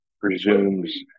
presumes